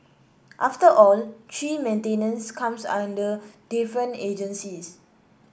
after all tree maintenance comes under different agencies